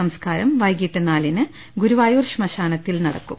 സംസ്കാരം വൈകീട്ട് നാലിന് ഗുരുവായൂർ ശ്മശാനത്തിൽ നടക്കും